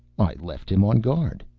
i left him on guard.